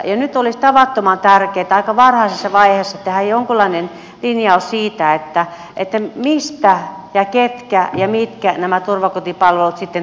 nyt olisi tavattoman tärkeätä aika varhaisessa vaiheessa tehdä jonkunlainen linjaus siitä mistä ja ketkä ja mitkä nämä turvakotipalvelut sitten tuottavat